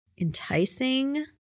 enticing